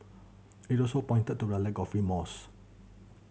it also pointed to a lack of remorse